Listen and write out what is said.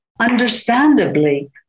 understandably